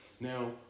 Now